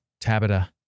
Tabata